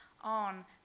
on